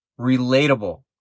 relatable